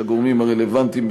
של הגורמים הרלוונטיים,